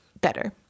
better